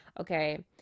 Okay